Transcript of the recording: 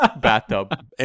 bathtub